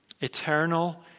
Eternal